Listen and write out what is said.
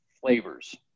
flavors